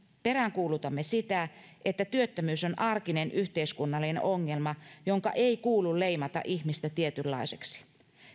peräänkuulutamme sitä että työttömyys on arkinen yhteiskunnallinen ongelma jonka ei kuulu leimata ihmistä tietynlaiseksi